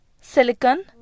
silicon